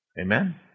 Amen